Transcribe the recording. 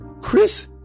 Chris